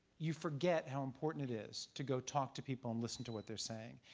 you forget how important it is to go talk to people and listen to what they're saying.